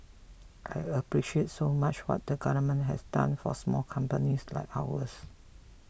I appreciate so much what the government has done for small companies like ours